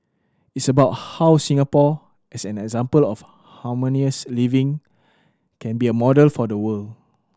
it's about how Singapore as an example of harmonious living can be a model for the world